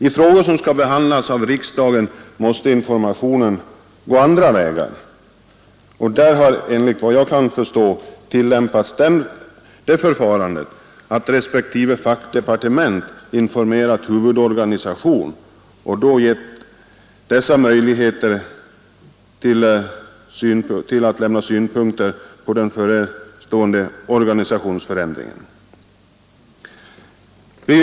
I frågor som skall behandlas av riksdagen måste informationen gå andra vägar, och där har enligt vad jag kan förstå tillämpats det förfarandet att respektive fackdepartement informerat huvudorganisationerna — ofta i flera omgångar — och då gett dessa möjligheter att lämna synpunkter på den förestående organisationsförändringen.